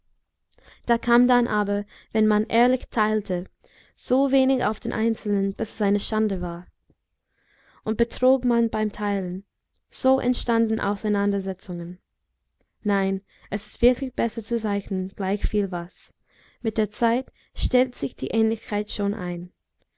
da kam dann aber wenn man ehrlich teilte so wenig auf den einzelnen daß es eine schande war und betrog man beim teilen so entstanden auseinandersetzungen nein es ist wirklich besser zu zeichnen gleichviel was mit der zeit stellt sich die ähnlichkeit schon ein